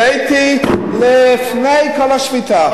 הבאתי לפני כל השביתה.